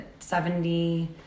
70